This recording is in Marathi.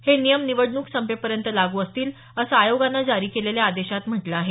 हे नियम निवडणूक संपेपर्यंत लागू असतील असं आयोगानं जारी केलेल्या आदेशात म्हटलं आहे